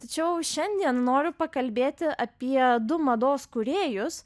tačiau šiandien noriu pakalbėti apie du mados kūrėjus